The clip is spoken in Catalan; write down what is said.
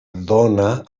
dóna